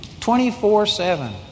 24-7